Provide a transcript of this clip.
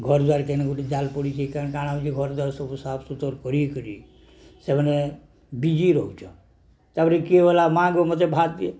ଘରଦୁଆର କେନ ଗୋଟେ ଜାଲ ପଡ଼ିଛି କେନ୍ କାଣା ହେଉଛି ଘରଦୁଆାର ସବୁ ସାଫ ସୁତର କରି କରି ସେମାନେ ବିଜି ରହୁଛନ୍ ତା'ପରେ କିଏ ଗଲା ମାଆଙ୍କୁ ମୋତେ ଭାତ ଦିଏ